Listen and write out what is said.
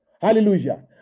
Hallelujah